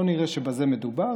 לא נראה שבזה מדובר,